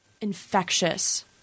infectious